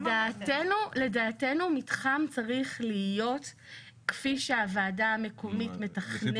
אז לדעתנו מתחם צריך להיות כפי שהוועדה המקומית מתכננת.